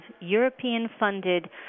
European-funded